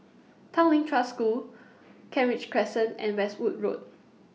Tanglin Trust School Kent Ridge Crescent and Westwood Road